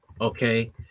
okay